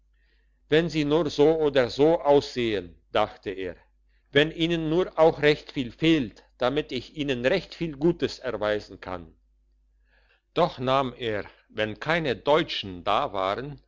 wenn sie nur so oder so aussähen dachte er wenn ihnen nur auch recht viel fehlt damit ich ihnen recht viel gutes erweisen kann doch nahm er wenn keine deutschen da waren